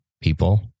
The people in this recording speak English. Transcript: People